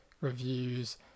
reviews